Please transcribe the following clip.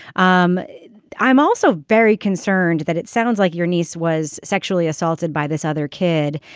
um i'm also very concerned that it sounds like your niece was sexually assaulted by this other kid.